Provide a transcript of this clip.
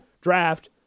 draft